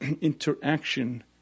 interaction